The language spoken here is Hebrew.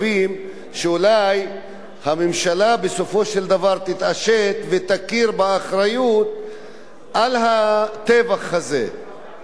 שאולי הממשלה בסופו של דבר תתעשת ותכיר באחריות לטבח הזה לאו